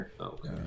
okay